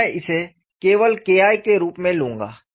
तो मैं इसे केवल K I के रूप में लूंगा